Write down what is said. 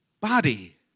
body